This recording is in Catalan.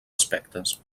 aspectes